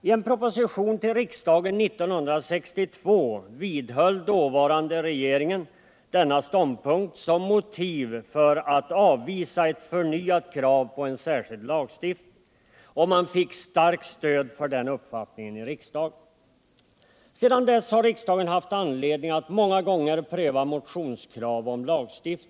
I en proposition till riksdagen 1962 vidhöll den dåvarande regeringen denna ståndpunkt som motiv för att avvisa ett förnyat krav på en särskild lagstiftning. Man fick starkt stöd för den uppfattningen i riksdagen. Sedan dess har riksdagen haft anledning att många gånger pröva motionskrav på lagstiftning.